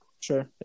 Sure